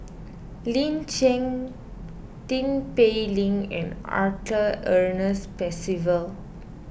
Lin Chen Tin Pei Ling and Arthur Ernest Percival